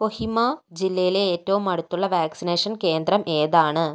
കൊഹിമ ജില്ലയിലെ ഏറ്റവും അടുത്തുള്ള വാക്സിനേഷൻ കേന്ദ്രം ഏതാണ്